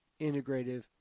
integrative